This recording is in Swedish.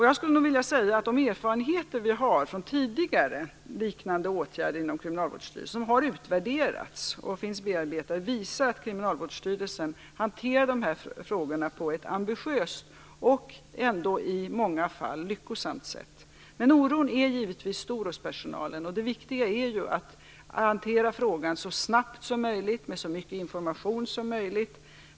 Jag skulle vilja säga att de erfarenheter vi har från tidigare liknande åtgärder inom Kriminalvårdsstyrelsen som har utvärderats och finns bearbetade visar att Kriminalvårdsstyrelsen hanterar dessa frågor på ett ambitiöst och ändå i många fall lyckosamt sätt. Men oron är givetvis stor hos personalen. Det viktiga är ju att hantera frågan så snabbt som möjligt med så mycket information som möjligt.